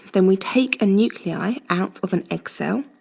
then we take a nuclei out of an egg cell,